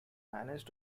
managed